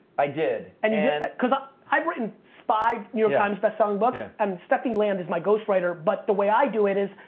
i did and yeah and cause i've written, five new york times bestselling books and stephanie land is my ghostwriter but the way i do it is,